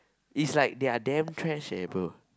it's like they are damn trash eh bro